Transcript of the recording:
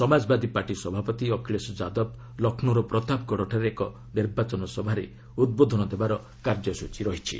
Samajwadi party ସଭାପତି ଅଖିଳେଶ ଯାଦବ ଲକ୍ଷ୍ନୌର ପ୍ରତାପଗଡଠାରେ ଏକ ନିର୍ବାଚନ ସଭାରେ ଉଦ୍ବୋଧନ ଦେବାର କାର୍ଯ୍ୟସ୍ଟଚୀ ରହିଛି